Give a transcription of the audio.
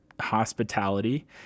hospitality